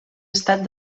estat